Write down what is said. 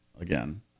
again